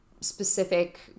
specific